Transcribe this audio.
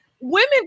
Women